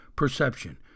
Perception